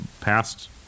past